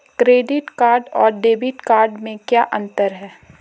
Credit card और debit card में क्या अंतर है?